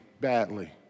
badly